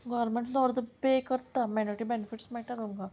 government सुद्दां अर्दो pay करता मायनोरटी बॅनफिट्स मेळटा तुमकां